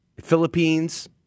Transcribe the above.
Philippines